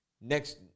next